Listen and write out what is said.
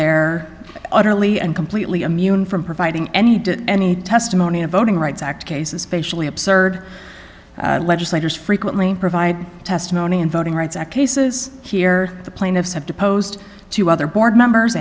they're utterly and completely immune from providing any did any testimony of voting rights act cases facially absurd legislators frequently provide testimony in voting rights act cases here the plaintiffs have to post to other board members